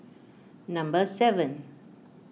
number seven